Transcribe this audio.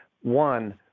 One